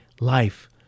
life